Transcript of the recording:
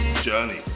journey